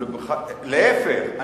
להיפך.